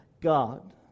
God